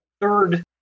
third